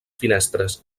finestres